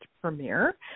premiere